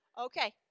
Okay